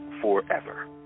forever